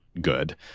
good